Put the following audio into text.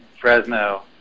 Fresno